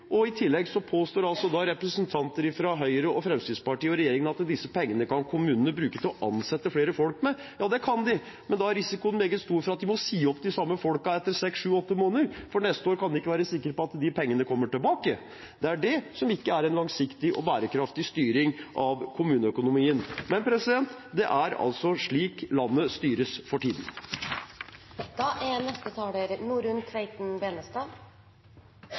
engangsmidler. I tillegg påstår representanter fra Høyre og Fremskrittspartiet og regjeringen at disse pengene kan kommunene bruke til å ansette flere folk. Ja, det kan de, men da er risikoen veldig stor for at de må si opp de samme folkene etter seks–sju–åtte måneder, for neste år kan de ikke være sikre på at de pengene kommer. Det er ikke en langsiktig og bærekraftig styring av kommuneøkonomien. Men det er altså slik landet styres for tiden. Jeg er